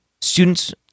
Students